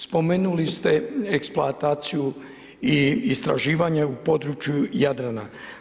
Spomenuli ste eksploataciju i istraživanje u području Jadrana.